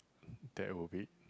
that will wait